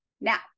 Now